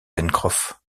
pencroff